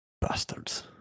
bastards